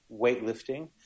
weightlifting